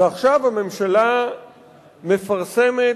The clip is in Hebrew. ועכשיו הממשלה מפרסמת